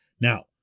Now